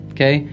Okay